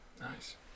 Nice